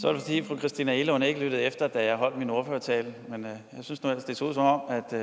Så var det, fordi fru Christina Egelund ikke lyttede efter, da jeg holdt min ordførertale. Jeg synes nu ellers, det så ud, som om